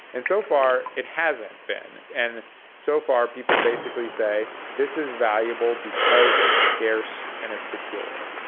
and so far it hasn't been and so far people basically say this is valuable because it's scarce and it's secure.